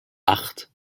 acht